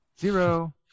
zero